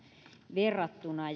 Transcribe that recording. verrattuna